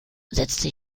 setzte